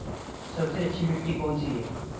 सबसे अच्छी मिट्टी कौन सी है?